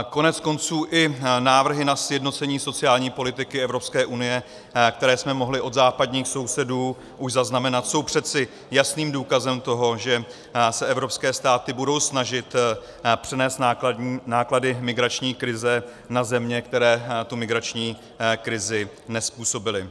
Koneckonců i návrhy na sjednocení sociální politiky Evropské unie, které jsme mohli od západních sousedů už zaznamenat, jsou přece jasným důkazem toho, že se evropské státy budou snažit přenést náklady migrační krize na země, které tu migrační krizi nezpůsobily.